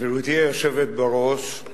גברתי היושבת בראש,